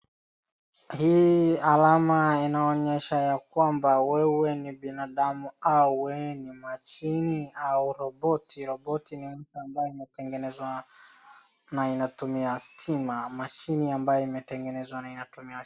Hii alama inaonyesha ya kwamba wewe ni binadamu au wewe ni mashini au roboti. Roboti ni mtu ambaye amatengenezwa na inatumia stima. Mashini ambayo imetengenezwa na inatumia stima.